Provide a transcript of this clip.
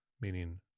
meaning